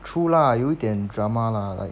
true lah 有一点 drama lah like